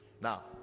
now